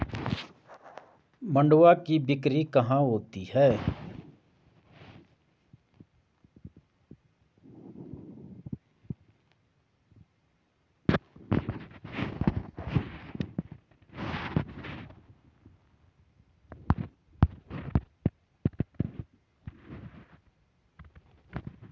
मंडुआ की बिक्री कहाँ होती है?